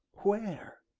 where?